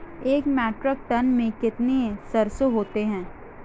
एक metric ton में कितनी सरसों होती है?